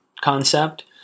concept